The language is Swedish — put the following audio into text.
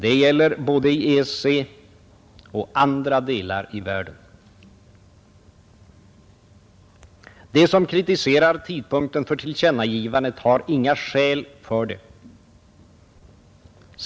Det gäller både i EEC-länderna och i andra delar av världen. De som kritiserar tidpunkten för tillkännagivandet har inga skäl för det.